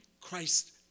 Christ